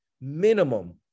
minimum